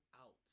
out